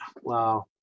Wow